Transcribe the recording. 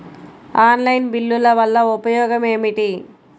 Online బిల్లుల వల్ల ఉపయోగమేమిటీ?